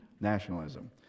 nationalism